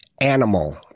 animal